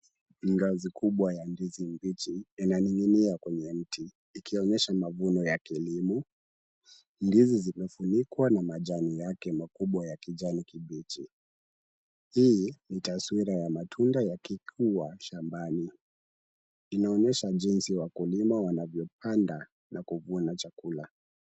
Ngazi kubwa ya ndizi mbichi inani'ngi'nia kwenye mti ikionyesha mavuno ya kilimo . Ndizi zimefunikwa na majani yake makubwa ya kijani kibichi. Hii ni taswira ya matunda yakikua shambani , inaonyesha jinsi wakulima wanavyopanda na kuvuna chakula.